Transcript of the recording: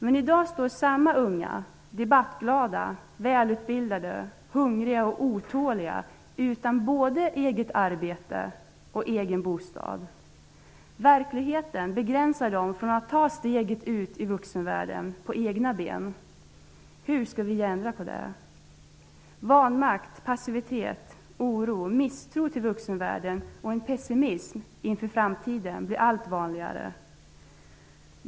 Men i dag står samma unga, debattglada, välutbildade, hungriga och otåliga, utan både eget arbete och egen bostad. Verkligheten begränsar dem från att ta steget ut i vuxenvärlden på egna ben. Hur skall vi ändra på det? Vanmakt, passivitet, oro, misstro till vuxenvärlden och pessimism inför framtiden blir allt vanligare.